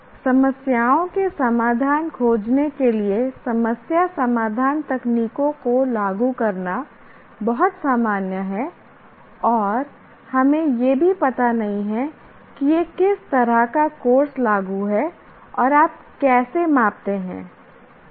"समस्याओं के समाधान खोजने के लिए समस्या समाधान तकनीकों को लागू करना" बहुत सामान्य है और हमें यह भी पता नहीं है कि यह किस तरह का कोर्स लागू है और आप कैसे मापते हैं